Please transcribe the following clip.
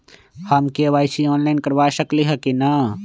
हम KYC online करवा सकली ह कि न?